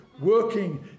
Working